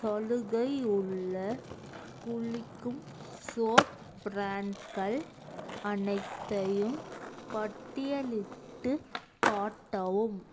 சலுகை உள்ள குளிக்கும் சோப் ப்ராண்ட்கள் அனைத்தையும் பட்டியலிட்டு காட்டவும்